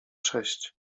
sześć